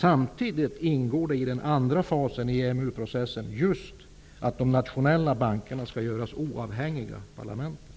Samtidigt ingår i den andra fasen i EMU-processen att de nationella bankerna skall göras oavhängiga parlamenten.